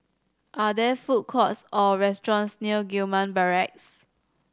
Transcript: are there food courts or restaurants near Gillman Barracks